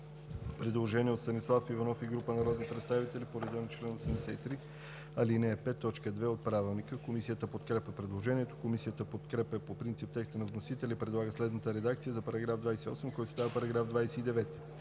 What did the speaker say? предложение от Станислав Иванов и група народни представители по реда на чл. 83, ал. 5, т. 2 от Правилника. Комисията подкрепя предложението. Комисията подкрепя по принцип текста на вносителя и предлага следната редакция за § 27, който става § 28: „§ 28.